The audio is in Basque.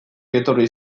etorri